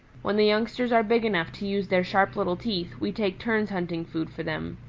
when the youngsters are big enough to use their sharp little teeth, we take turns hunting food for them.